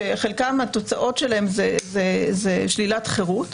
שהתוצאות של חלקם היא שלילת חירות,